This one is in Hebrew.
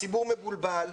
הציבור מבולבל,